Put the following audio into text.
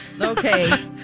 Okay